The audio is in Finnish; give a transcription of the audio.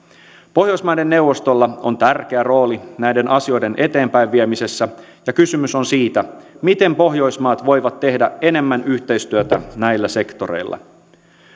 pohjoismaiden neuvostolla on tärkeä rooli näiden asioiden eteenpäinviemisessä ja kysymys on siitä miten pohjoismaat voivat tehdä enemmän yhteistyötä näillä sektoreilla